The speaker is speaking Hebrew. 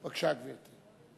בבקשה, גברתי.